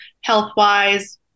health-wise